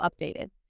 updated